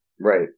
Right